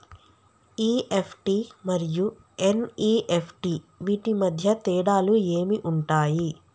EFT మరియు NEFT వీటి మధ్య తేడాలు ఏమి ఉంటాయి?